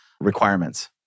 requirements